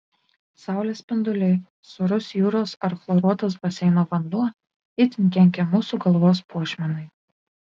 saulės spinduliai sūrus jūros ar chloruotas baseino vanduo itin kenkia mūsų galvos puošmenai